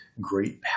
great